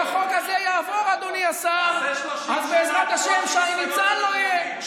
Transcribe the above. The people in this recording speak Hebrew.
בצלאל, אלי אומר שעשר שנים זה מוקדם מדי.